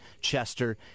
Chester